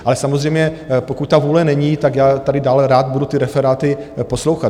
Ale samozřejmě, pokud ta vůle není, já tady dále rád budu ty referáty poslouchat.